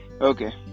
Okay